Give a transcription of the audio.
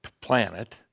planet